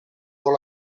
con